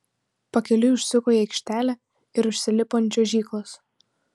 pakeliui užsuko į aikštelę ir užsilipo ant čiuožyklos